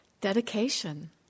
dedication